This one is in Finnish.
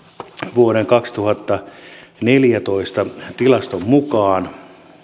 vuoden kaksituhattaneljätoista tilaston mukaan